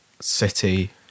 City